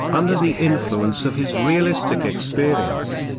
under the influence of his realistic experience,